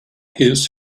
his